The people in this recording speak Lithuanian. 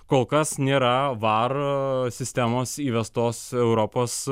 kol kas nėra var sistemos įvestos europos